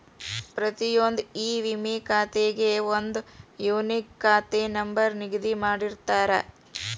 ಪ್ರತಿಯೊಂದ್ ಇ ವಿಮಾ ಖಾತೆಗೆ ಒಂದ್ ಯೂನಿಕ್ ಖಾತೆ ನಂಬರ್ ನಿಗದಿ ಮಾಡಿರ್ತಾರ